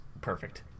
perfect